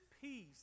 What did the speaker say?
peace